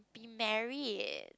married